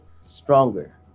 stronger